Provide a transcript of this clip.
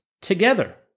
together